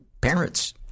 parents